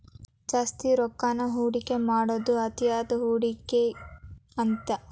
ಜಾಸ್ತಿ ರೊಕ್ಕಾನ ಹೂಡಿಕೆ ಮಾಡೋದ್ ಅತಿಯಾದ ಹೂಡಿಕೆ ಅಂತ